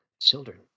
Children